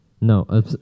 no